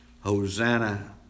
Hosanna